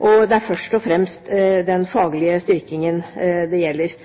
og det er først og fremst den faglige styrkingen det gjelder